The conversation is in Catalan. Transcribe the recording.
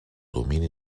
domini